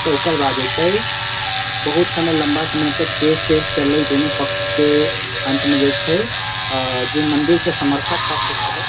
तऽ ओकर बाद जे छै बहुत समय लम्बा समय तक केस तेस चललै दुनू पक्षके अन्तमे जे छै जे मन्दिरके समर्थक पक्ष छलै